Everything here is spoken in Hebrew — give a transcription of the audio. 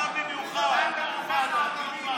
אתה במיוחד.